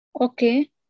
Okay